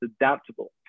adaptable